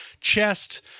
chest